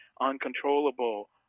uncontrollable